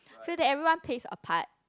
so that everyone plays a part